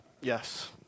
Yes